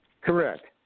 Correct